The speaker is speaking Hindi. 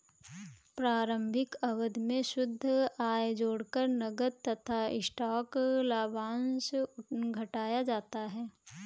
प्रारंभिक अवधि में शुद्ध आय जोड़कर नकद तथा स्टॉक लाभांश घटाया जाता है